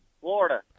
Florida